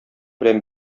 белән